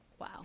Wow